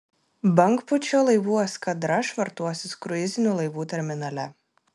bangpūčio laivų eskadra švartuosis kruizinių laivų terminale